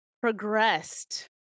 progressed